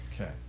Okay